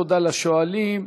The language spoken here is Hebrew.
תודה לשואלים.